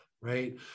right